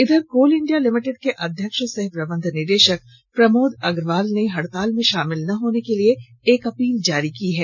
इधर Coal India Limited के अध्यक्ष सह प्रबंध निदेशक प्रमोद अग्रवाल ने हड़ताल में शामिल न होने के लिए एक अपील जारी की है